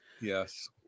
yes